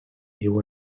diu